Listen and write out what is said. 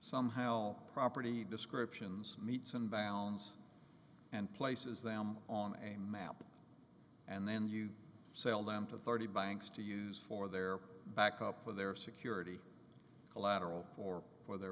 somehow property descriptions meets and bounds and places them on a map and then you sell them to thirty banks to use for their backup for their security collateral or for their